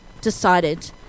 decided